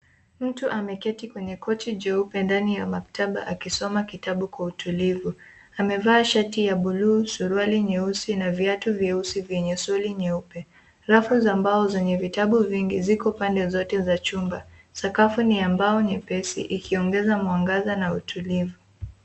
Mtu ameketi kwenye kochi jeupe ndani ya maktaba akisoma kitabu kwa utulivu. Amevaa shati ya blue suruwali nyeusi na viatu vyeusi vyenye soli nyeupe. Rafu za mbao zenye vitabu vingi ziko pande zote za chumba. Sakafu ni ya mbao nyepesi ikiogeza mwangaza na utulivu.